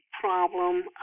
problem